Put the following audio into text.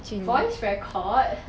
voice record